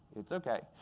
it's ok.